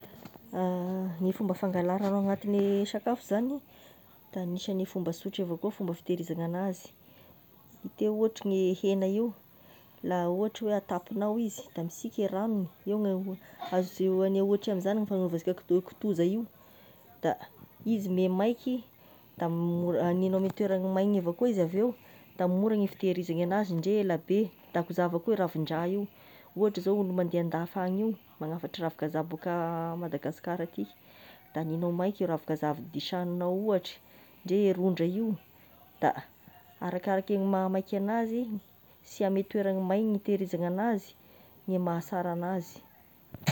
Gny fomba fangala ragno agnatigne sakafo zagny, da agnisane fomba sotry avao kao fomba fitehirizagna anazy, hinteo ohatry ny hena io la ohatry hoe atapignao izy da misika e ragnony, io gna io azo alaigne ohatra amin'izagny fagnaovansika kitoza io, da izy memaiky da mora amegnao amin'ny toeragny maigny avy akoa izy avy eo da mora ny fitehirizagna anazy ndre elabe, da koa izao avao koa ravin-draha io ohatry zao olo an-dafy agny io magnafatra ravikazaha bôaka à Madagasikara aty, da anignao maiky ravikazaha avy disaninao ohatra ndre rondra io ohatry arakaraky ny laha meiky anazy sy amin'ny toeragny maigny itehirizana anazy ny maha sara anazy.